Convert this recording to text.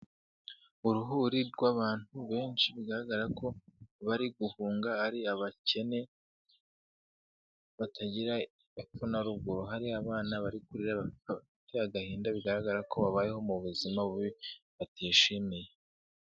Uruhuri rw'abantu benshi bigaragara ko bari guhunga ari abakene batagira epfo na ruguru, hari abana bari kurira bateye agahinda, bigaragara ko babayeho mu buzima bubi batishimiye.